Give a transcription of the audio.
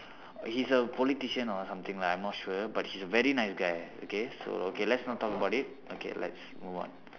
he's a politician or something lah I'm not sure but he's a very nice guy okay so okay let's not talk about it okay let's move on